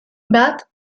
bat